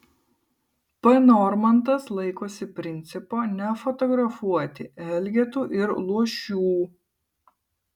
p normantas laikosi principo nefotografuoti elgetų ir luošių